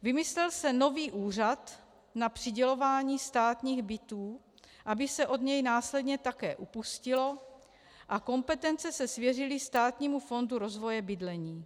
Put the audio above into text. Vymyslel se nový úřad na přidělování státních bytů, aby se od něj následně také upustilo, a kompetence se svěřily Státnímu fondu rozvoje bydlení.